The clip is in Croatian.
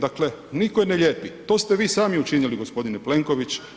Dakle, nitko je ne lijepi, to ste vi sami učinili gospodine Plenković.